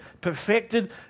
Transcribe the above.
perfected